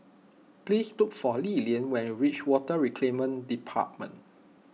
please look for Lilian when you reach Water Reclamation Department